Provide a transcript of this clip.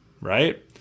right